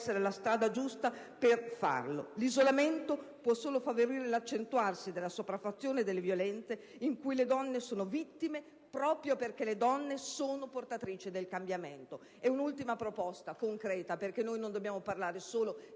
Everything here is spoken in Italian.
essere la strada giusta per farlo. L'isolamento può solo favorire l'accentuarsi della sopraffazione e delle violenze, in cui le donne sono vittime proprio perché sono portatrici del cambiamento. Faccio un'ultima proposta concreta perché non dobbiamo parlare solo